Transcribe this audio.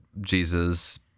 Jesus